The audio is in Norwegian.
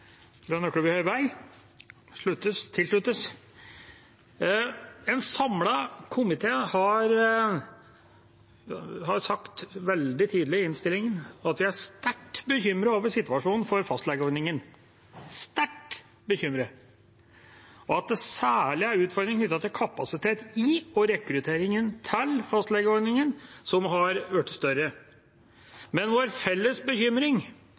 En samlet komité har sagt veldig tydelig i innstillinga at vi er sterkt bekymret over situasjonen for fastlegeordningen – sterkt bekymret – og at det særlig er utfordringer knyttet til kapasitet i og rekrutteringen til fastlegeordningen som har blitt større. Men vår felles bekymring